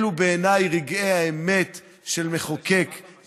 אלו בעיניי רגעי האמת של מחוקק,